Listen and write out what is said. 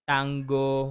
Tango